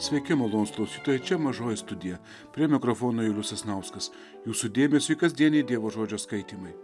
sveiki malonūs klausytojai čia mažoji studija prie mikrofono julius sasnauskas jūsų dėmesiui kasdieniai dievo žodžio skaitymai